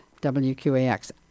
WQAX